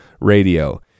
Radio